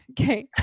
Okay